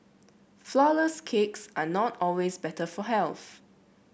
flourless cakes are not always better for health